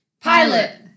pilot